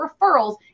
referrals